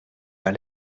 pas